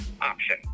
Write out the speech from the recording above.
option